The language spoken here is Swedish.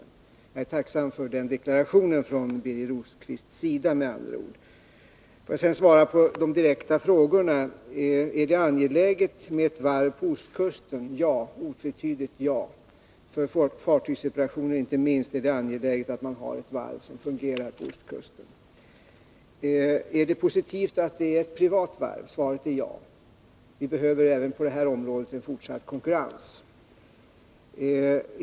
Jag är med andra ord tacksam för denna deklaration från Birger Rosqvists sida. Jag skall också svara på de direkta frågorna. Är det angeläget med ett varv på ostkusten? Svaret är otvetydigt ja. Inte minst för fartygsreparationer är det angeläget att ha ett varv som fungerar på ostkusten. Är det positivt att det är ett privat varv? Svaret är ja. Vi behöver även på detta område en fortsatt konkurrens.